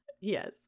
yes